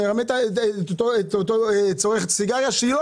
הוא מרמה את אותו צורך סיגריה שהיא לא